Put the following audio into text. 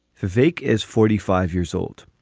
vic is forty five years old.